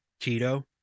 Tito